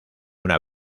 una